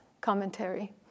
commentary